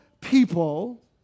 people